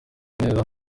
neza